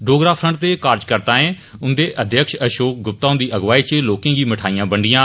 Dogra front दे कार्जकर्ताएं उंदे अध्यक्ष अशोक गुप्ता हुंदी अगुवाई च लोकें गी मठाईयां बंडियां